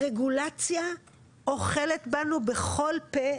הרגולציה אוכלת בנו בכל פה,